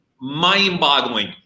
Mind-boggling